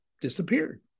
disappeared